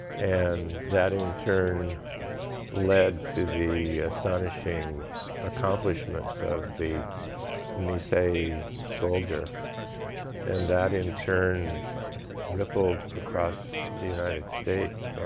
and that in turn led to the astonishing accomplishments of the nisei soldier and that in turn rippled across the united states.